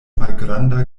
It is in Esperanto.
malgranda